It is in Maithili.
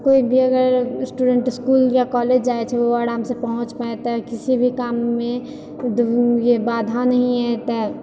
कोई भी अगर स्टुडेन्ट इसकुल यऽ कॉलेज जाइ छै ओ आरामसँ पहुँच पाइते किसी भी काममे दु यह बाधा नहि ऐतै